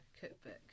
cookbook